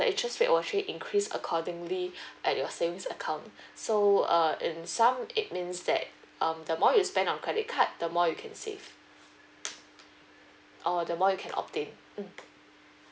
the interest rate will actually increase accordingly at your savings account so uh in some it means that um the more you spend on credit card the more you can save or the more you can obtain mm